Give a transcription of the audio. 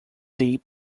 deep